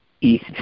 East